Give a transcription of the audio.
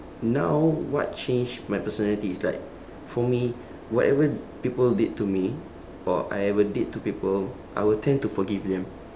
now what changed my personality is like for me whatever people did to me or I ever did to people I will tend to forgive them